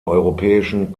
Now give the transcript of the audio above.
europäischen